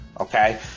Okay